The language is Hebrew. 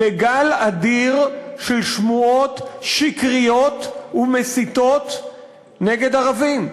לגל אדיר של שמועות שקריות ומסיתות נגד ערבים.